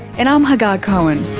and i'm hagar cohen